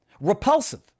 repulsive